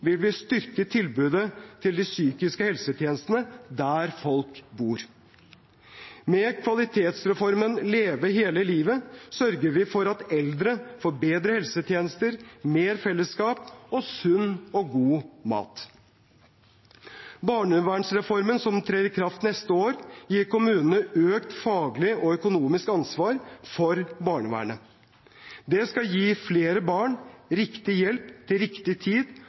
vil vi styrke tilbudet av psykiske helsetjenester der folk bor. Med kvalitetsreformen Leve hele livet sørger vi for at eldre får bedre helsetjenester, mer fellesskap og sunn og god mat. Barnevernsreformen som trer i kraft neste år, gir kommunene økt faglig og økonomisk ansvar for barnevernet. Det skal gi flere barn riktig hjelp til riktig tid